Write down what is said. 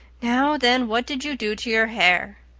now, then, what did you do to your hair?